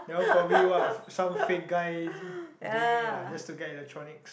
that one probably what some fake guy doing it lah just to get electronics